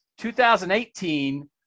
2018